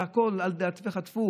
והכול, על דאטפת אטפוך.